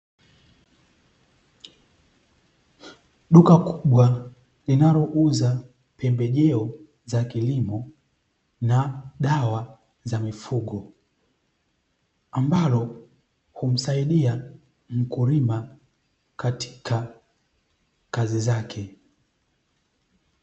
Duka kubwa linalouza pembejeo za kilimo na dawa za mifugo; ambalo humsaidia mkulima katika kazi zake.